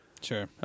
Sure